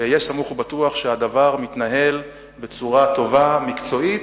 היה סמוך ובטוח שהדבר מתנהל בצורה טובה, מקצועית,